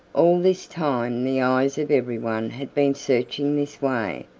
all this time the eyes of every one had been searching this way,